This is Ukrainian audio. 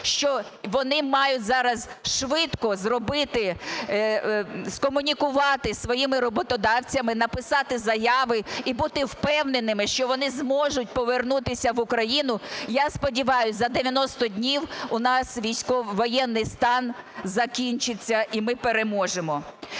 що вони мають зараз швидко зробити, скомунікувати з своїми роботодавцями, написати заяви і бути впевненими, що вони зможуть повернутися в Україну. Я сподіваюся, за 90 днів у нас воєнний стан закінчиться, і ми переможемо.